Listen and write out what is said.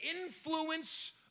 influence